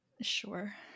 Sure